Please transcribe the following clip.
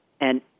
And-